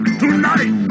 tonight